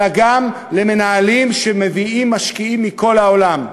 אלא גם למנהלים שמביאים משקיעים מכל העולם.